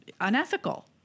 unethical